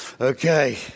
Okay